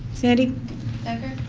sandy becker?